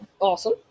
Awesome